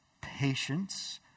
patience